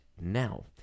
now